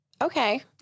Okay